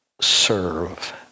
serve